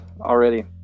already